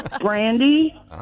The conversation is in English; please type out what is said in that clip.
Brandy